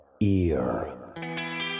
ear